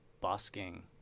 busking